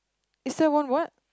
is there one what